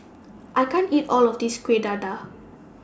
I can't eat All of This Kuih Dadar